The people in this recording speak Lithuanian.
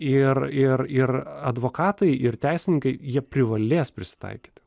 ir ir ir advokatai ir teisininkai jie privalės prisitaikyt